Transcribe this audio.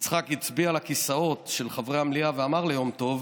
יצחק הצביע על הכיסאות של חברי המליאה ואמר ליום טוב: